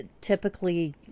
typically